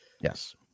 Yes